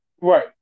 Right